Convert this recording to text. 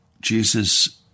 Jesus